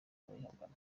abayihakana